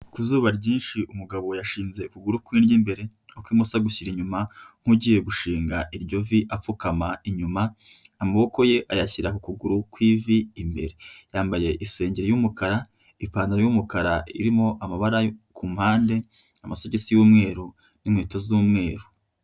Ku zuba ryinshi umugabo yashinze ukuguru kw'iryo imbere ukw'imoso agushyira inyuma nk'ugiye gushinga iryo vi apfukama inyuma ,amaboko ye ayashyira k'ukuguru kw'ivi imbere, yambaye isengeri y'umukara ipantaro y'umukara irimo amabara ku mpande, amasogisi y'umweru, n'inkweto z'umweru.